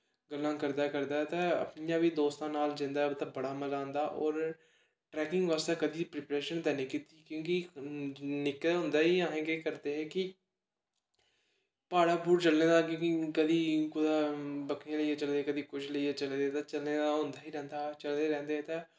गल्लां करदे कदें ते इ'यां बी दोस्तें नाल जंदे उत्थै बड़ा मज़ा औंदा होर ट्रैकिंग बास्तै कदें प्रैपरेशन ते निं कीती क्योंकि निक्के होंदे गै असें केह् करदे हे कि प्हाड़े प्हूड़ें चलने दा क्योंकि कदीं कुदै बक्करियां लेइयै चले दे कदें कुछ लेइयै चले दे ते चलने दा होंदा गै रैंह्दा हा चलदे रैंह्दे हे ते